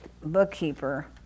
bookkeeper